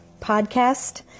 podcast